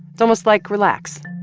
it's almost like, relax.